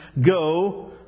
Go